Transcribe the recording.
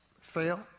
fail